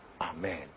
Amen